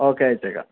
okay അയച്ച് തരാം